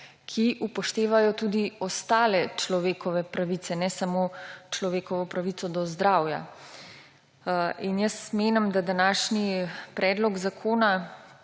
ki upoštevajo tudi ostale človekove pravice, ne samo človekovo pravico do zdravja. Jaz menim, da današnji predlog zakona